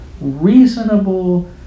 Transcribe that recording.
reasonable